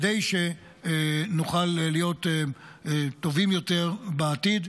כדי שנוכל להיות טובים יותר בעתיד.